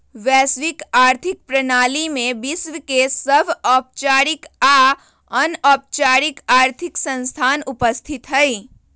वैश्विक आर्थिक प्रणाली में विश्व के सभ औपचारिक आऽ अनौपचारिक आर्थिक संस्थान उपस्थित हइ